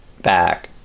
back